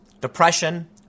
depression